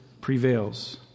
prevails